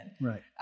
Right